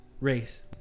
race